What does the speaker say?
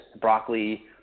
broccoli